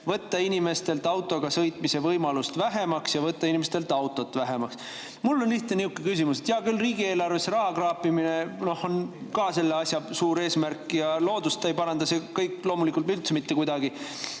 võtta inimestelt autoga sõitmise võimalust vähemaks ja võtta inimestelt autosid vähemaks. Mul on niisugune lihtne küsimus. Hea küll, riigieelarvesse raha kraapimine on ka selle asja suur eesmärk ja loodust ei paranda see kõik loomulikult üldse mitte kuidagi.